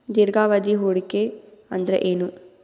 ದೀರ್ಘಾವಧಿ ಹೂಡಿಕೆ ಅಂದ್ರ ಏನು?